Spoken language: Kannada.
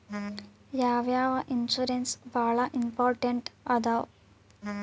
ಯಾವ್ಯಾವ ಇನ್ಶೂರೆನ್ಸ್ ಬಾಳ ಇಂಪಾರ್ಟೆಂಟ್ ಅದಾವ?